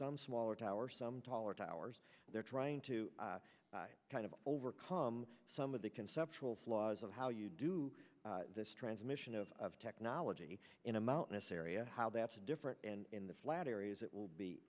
some smaller tower some taller towers they're trying to kind of overcome some of the conceptual flaws of how you do this transmission of technology in a mountainous area how that's different and in the flat areas it will be